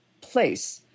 place